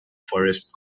forest